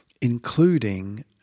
including